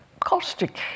Caustic